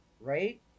right